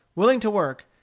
willing to work,